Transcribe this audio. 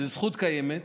זאת זכות קיימת.